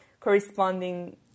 corresponding